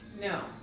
No